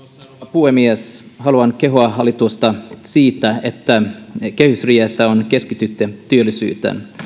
puhemies haluan kehua hallitusta siitä että kehysriihessä on keskitytty työllisyyteen